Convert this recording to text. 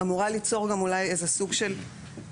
היא אמורה ליצור גם אולי איזה סוג של אחידות,